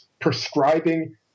prescribing